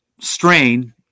strain